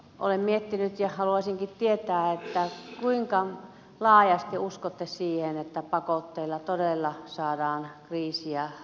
olen miettinyt ja haluaisinkin tietää kuinka laajasti uskotte siihen että pakotteilla todella saadaan kriisiä ratkaistuksi